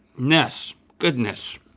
ness, goodness.